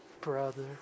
Brother